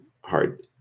hard